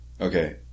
Okay